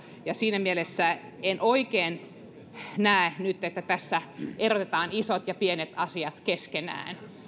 ja siinä mielessä en oikein nyt näe että tässä erotetaan isot ja pienet asiat keskenään